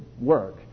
work